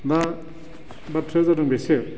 दा बाथ्राया जादों बेसो